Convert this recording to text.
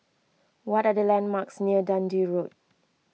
what are the landmarks near Dundee Road